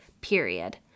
period